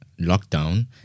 lockdown